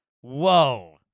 whoa